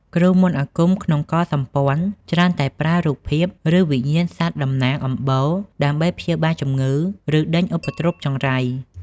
គ្រូមន្តអាគមក្នុងកុលសម្ព័ន្ធ ច្រើនតែប្រើរូបភាព ឬវិញ្ញាណសត្វតំណាងអំបូរ ដើម្បីព្យាបាលជំងឺ ឬដេញឧបទ្រពចង្រៃ។